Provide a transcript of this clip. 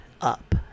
up